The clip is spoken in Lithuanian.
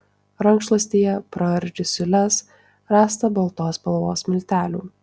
rankšluostyje praardžius siūles rasta baltos spalvos miltelių